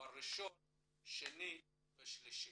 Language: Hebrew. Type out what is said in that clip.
תואר ראשון, שני ושלישי.